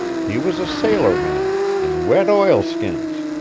he was a sailor-man in wet oilskins.